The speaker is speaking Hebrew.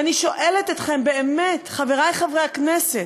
ואני שואלת אתכם, באמת, חברי חברי הכנסת,